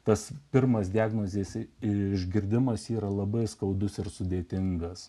tas pirmas diagnozės išgirdimas yra labai skaudus ir sudėtingas